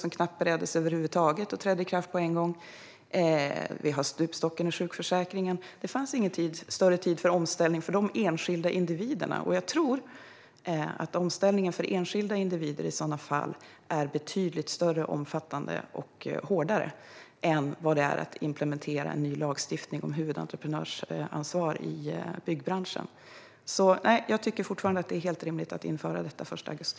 Det förslaget bereddes knappt över huvud taget. Den lagen trädde i kraft på en gång. Sedan har vi stupstocken i sjukförsäkringen. Det fanns ingen större tid för omställning för de enskilda individerna. I sådana fall är omställningen för enskilda individer betydligt större, mer omfattande och hårdare än vad det är att implementera en ny lagstiftning om huvudentreprenörsansvar i byggbranschen. Nej, jag tycker fortfarande att det är helt rimligt att införa detta den 1 augusti.